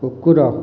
କୁକୁର